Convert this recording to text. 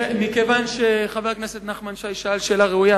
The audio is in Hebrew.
מכיוון שחבר הכנסת נחמן שי שאל שאלה ראויה,